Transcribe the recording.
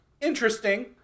interesting